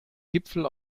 gipfel